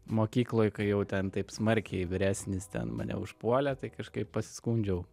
mokykloj kai jau ten taip smarkiai vyresnis ten mane užpuolė tai kažkaip pasiskundžiau